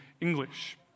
English